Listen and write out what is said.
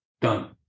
Done